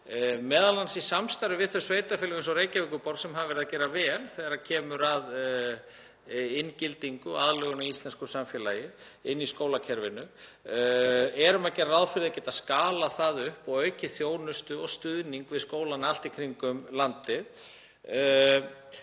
m.a. í samstarfi við þau sveitarfélög, eins og Reykjavíkurborg, sem hafa verið að gera vel þegar kemur að inngildingu og aðlögun að íslensku samfélagi í skólakerfinu. Við gerum ráð fyrir að geta skalað það upp og aukið þjónustu og stuðning við skólana allt í kringum landið.